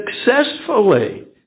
Successfully